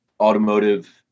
automotive